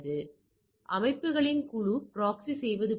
எனவே இது அமைப்புகளின் குழுவுக்கு ப்ராக்ஸி செய்வது போல